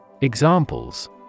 Examples